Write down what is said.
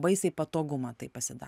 baisiai patogu matai pasida